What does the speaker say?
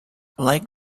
like